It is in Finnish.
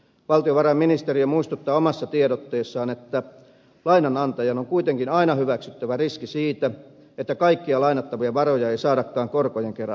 valtiovarainministeriö muistuttaa omassa tiedotteessaan että lainanantajan on kuitenkin aina hyväksyttävä riski siitä että kaikkia lainattavia varoja ei saadakaan korkojen kera takaisin